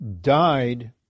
died